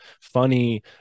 funny